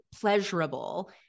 pleasurable